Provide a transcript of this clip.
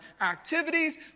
activities